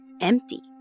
empty